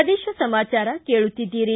ಪ್ರದೇಶ ಸಮಾಚಾರ ಕೇಳುತ್ತೀದ್ದಿರಿ